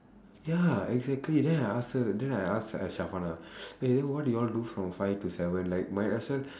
ya exactly then I ask her then I ask her eh eh what do you want to do from five to seven like my lesson